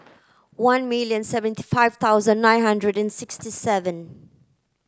one million seventy five thousand nine hundred and sixty seven